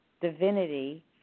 divinity